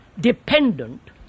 dependent